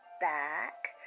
back